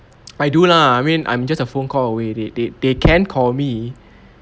I do lah I mean I'm just a phone call away they they they can call me